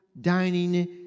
dining